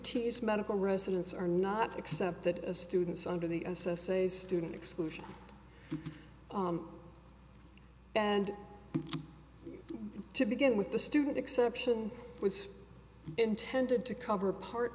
tease medical residents are not accepted as students under the s s a student exclusion and to begin with the student exception was intended to cover part